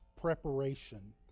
preparation